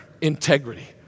integrity